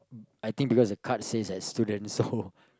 I think because the card says that students so